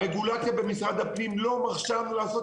הרגולציה במשרד הפנים לא מרשה לנו לעשות